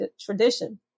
tradition